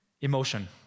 emotion